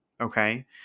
okay